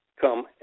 come